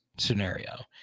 scenario